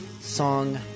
song